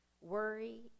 worry